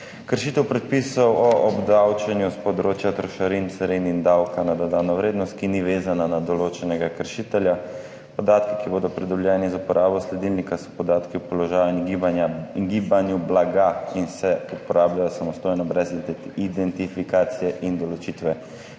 kršitev predpisov o obdavčenju s področja trošarin, carin in davka na dodano vrednost, ki ni vezana na določenega kršitelja. Podatki, ki bodo pridobljeni z uporabo sledilnika, so podatki o položaju in gibanju blaga in se uporabljajo samostojno, brez identifikacije in določitve